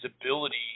ability